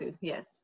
Yes